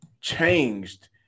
changed